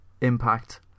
impact